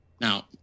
Now